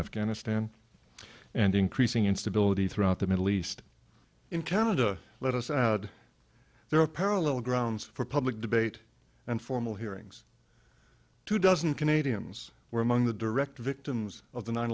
afghanistan and increasing instability throughout the middle east in canada let us add there are parallel grounds for public debate and formal hearings two dozen canadians were among the direct victims of the nine